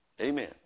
Amen